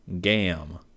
Gam